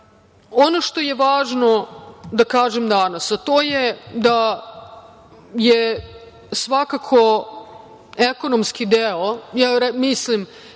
što je važno da kažem danas, a to je da je svakako ekonomski deo, mislim,